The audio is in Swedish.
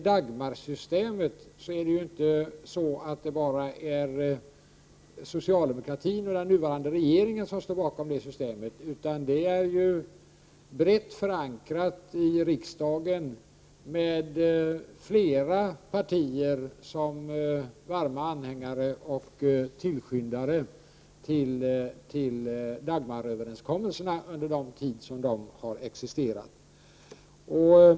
Det är inte bara socialdemokratin och regeringen som står bakom Dagmarsystemet, utan det är brett förankrat i riksdagen, med flera partier som varma anhängare och tillskyndare till Dagmaröverenskommelserna, under den tid som de har existerat.